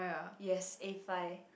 yes A five